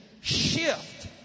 shift